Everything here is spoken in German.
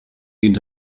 dient